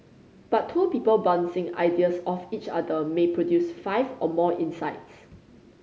but two people bouncing ideas off each other may produce five or more insights